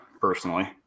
personally